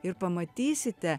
ir pamatysite